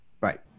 Right